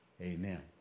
Amen